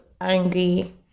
angry